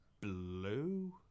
blue